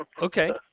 Okay